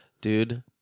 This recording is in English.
Dude